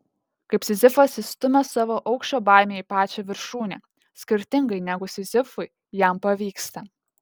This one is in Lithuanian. kaip sizifas jis stumia savo aukščio baimę į pačią viršūnę skirtingai negu sizifui jam pavyksta